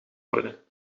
worden